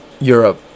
Europe